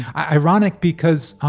ironic because,